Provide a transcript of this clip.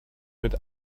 mit